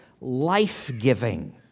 life-giving